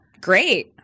great